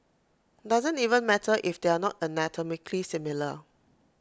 doesn't even matter if they're not anatomically similar